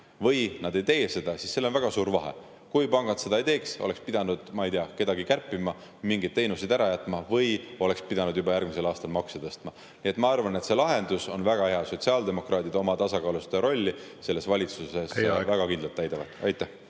või nad ei tee seda, siis seal on väga suur vahe. Kui pangad seda ei teeks, siis oleks pidanud, ma ei tea, [midagi] kärpima, mingeid teenuseid ära jätma või oleks pidanud juba järgmisel aastal makse tõstma. Nii et ma arvan, et see lahendus on väga hea. Sotsiaaldemokraadid täidavad oma tasakaalustaja rolli selles valitsuses väga kindlalt. Teie